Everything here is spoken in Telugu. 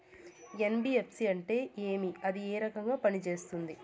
ఎన్.బి.ఎఫ్.సి అంటే ఏమి అది ఏ రకంగా పనిసేస్తుంది